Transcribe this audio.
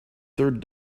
third